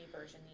version